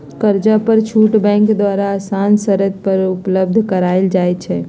कर्जा पर छुट बैंक द्वारा असान शरत पर उपलब्ध करायल जाइ छइ